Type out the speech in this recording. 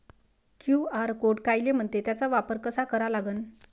QR code कायले म्हनते, त्याचा वापर कसा करा लागन?